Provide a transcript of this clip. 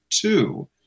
Two